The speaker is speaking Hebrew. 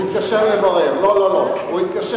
הוא התקשר לברר פרטים.